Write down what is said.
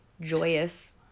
joyous